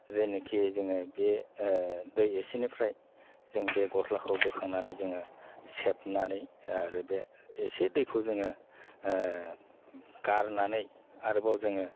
जेनाखि जोङो बे दै एसेनिफ्राय जों बे गस्लाखौ बोखांनानै जोङो सेबनानै आरो बे एसे दैखौ जोङो गारनानै आरोबाव जोङो